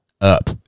up